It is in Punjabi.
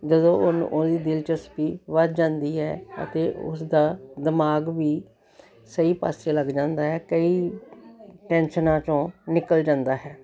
ਜਦੋਂ ਉਨ ਉਹਦੀ ਦਿਲਚਸਪੀ ਵੱਧ ਜਾਂਦੀ ਹੈ ਅਤੇ ਉਸਦਾ ਦਿਮਾਗ ਵੀ ਸਹੀ ਪਾਸੇ ਲੱਗ ਜਾਂਦਾ ਹੈ ਕਈ ਟੈਂਸ਼ਨਾਂ 'ਚੋਂ ਨਿਕਲ ਜਾਂਦਾ ਹੈ